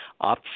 up